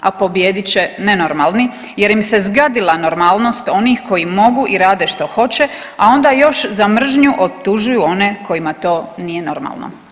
A pobijedit će nenormalni jer im se zgadila normalnost onih koji mogu i rade što hoće, a onda još za mržnju optužuju one kojima to nije normalno.